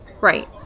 Right